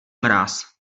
mráz